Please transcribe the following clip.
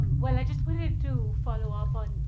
well, i just wanted to follow up on,